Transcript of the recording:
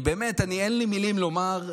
באמת, אין לי מילים לומר.